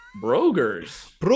Brokers